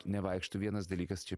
nevaikšto vienas dalykas čia